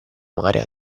mare